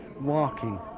walking